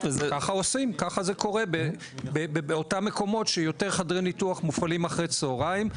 ככה עושים וזה קורה במקומות שיותר חדרי ניתוח מופעלים אחר הצוהריים.